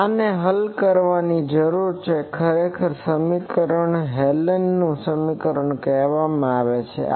તો આને હલ કરવાની જરૂર છે ખરેખર આ સમીકરણને હેલેનનું સમીકરણ કહેવામાં આવે છે